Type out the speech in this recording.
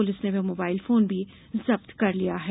police ने वह mobile phone भी जब्त कर लिया है